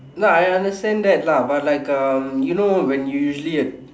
no I understand that lah but like um you know when you usually